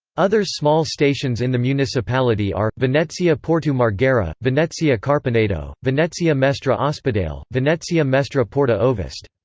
others small stations in the municipality are venezia porto marghera, venezia carpenedo, venezia mestre ah ospedale, venezia mestre porta ovest.